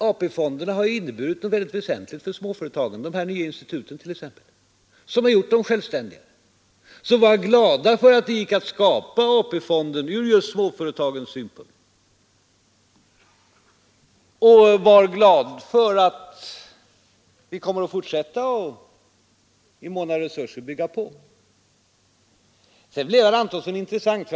AP-fonderna har ju inneburit något mycket väsentligt för småföretagen, t.ex. de nya instituten, som har gjort dem självständiga. Just från småföretagens synpunkt bör ni därför vara glada över att det gick att skapa AP-fonden. Och var glad för att vi kommer att fortsätta att bygga på den i mån av resurser! Sedan blev herr Antonsson riktigt intressant.